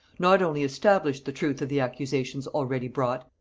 not only established the truth of the accusations already brought,